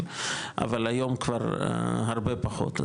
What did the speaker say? אבל היום כבר הרבה פחות.